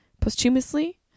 posthumously